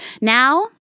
Now